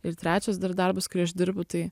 ir trečias dar darbas kurį aš dirbu tai